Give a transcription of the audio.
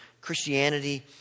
Christianity